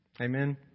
Amen